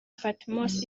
patmos